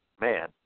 man